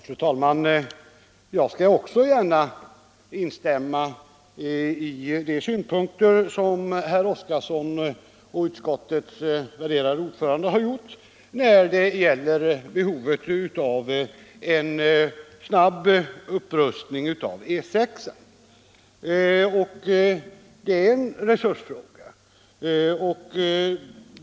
Fru talman! Jag skall gärna instämma i de synpunkter som herr Oskarson och utskottets värderade ordförande har framfört när det gäller behovet av en snabb upprustning av E 6. Detta är en resursfråga.